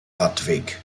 radweg